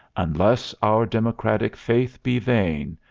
unless our democratic faith be vain,